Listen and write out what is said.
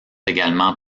également